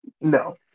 No